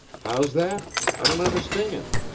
how's that? i don't understand.